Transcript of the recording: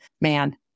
man